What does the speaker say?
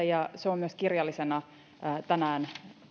ja se on myös kirjallisena tänään